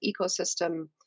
ecosystem